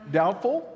doubtful